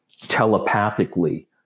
telepathically